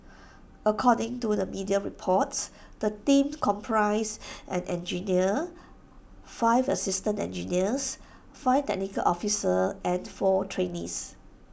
according to the media reports the team comprised an engineer five assistant engineers five technical officers and four trainees